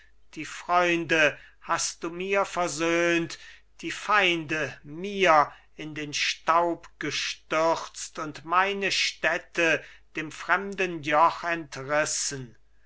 die freunde hast du mir versöhnt die feinde mir in den staub gestürzt und meine städte dem fremden joch entrissen